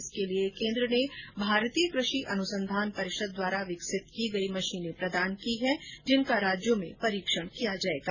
इसके लिए केन्द्र ने भारतीय कृषि अनुसंघान परिषद द्वारा विकसित मशीनें प्रदान की गई है जिनका राज्यों में परीक्षण किया जाएगा